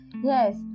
Yes